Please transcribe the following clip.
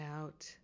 out